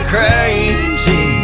Crazy